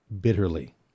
bitterly